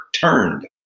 turned